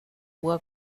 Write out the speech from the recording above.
puga